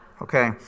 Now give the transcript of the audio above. Okay